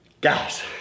Guys